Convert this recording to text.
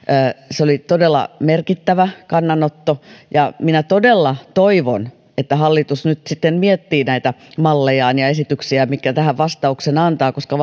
se oli todella merkittävä kannanotto minä todella toivon että hallitus nyt sitten miettii näitä mallejaan ja esityksiään että minkä vastauksen tähän antaa koska